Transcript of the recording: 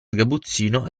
sgabuzzino